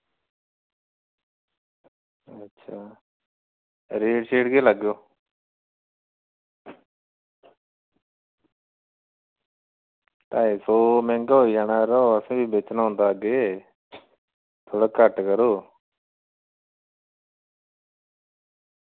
अच्छा रेट केह् लग्गग ढाई सौ मैंह्गा होई जाना यरो असें बी बेचना होंदा अग्गें थोह्ड़ा घट्ट करो